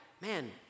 man